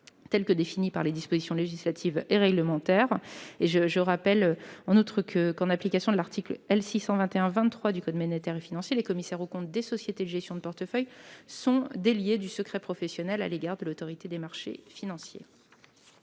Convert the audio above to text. telles que définies par les dispositions législatives et réglementaires. Je rappelle que, en application de l'article L. 621-23 du code monétaire et financier, les commissaires aux comptes des sociétés de gestion de portefeuille sont déliés du secret professionnel à l'égard de l'Autorité des marchés financiers.